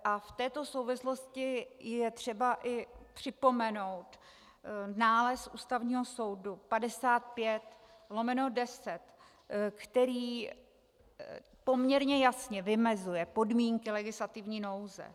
V této souvislosti je třeba i připomenout nález Ústavního soudu 55/10, který poměrně jasně vymezuje podmínky legislativní nouze.